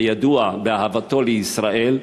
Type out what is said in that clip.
הידוע באהבתו לישראל,